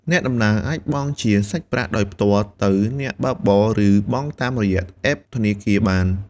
អ្នកដំណើរអាចបង់ជាសាច់ប្រាក់ដោយផ្ទាល់ទៅអ្នកបើកបរឬបង់តាមរយៈអេបធនាគារបាន។